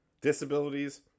Disabilities